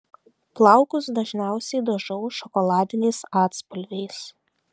plaukus dažniausiai dažau šokoladiniais atspalviais